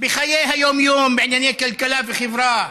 בחיי היום-יום, בענייני כלכלה וחברה,